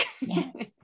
Yes